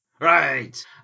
Right